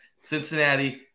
Cincinnati